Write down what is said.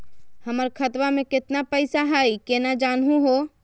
हमर खतवा मे केतना पैसवा हई, केना जानहु हो?